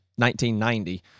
1990